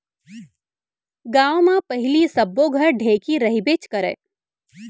गॉंव म पहिली सब्बो घर ढेंकी रहिबेच करय